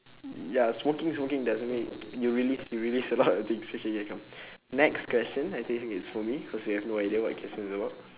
ya smoking smoking doesn't mean you release you release a lot of things okay K come next question I think it's for me cause we have no idea what the question is about